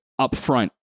upfront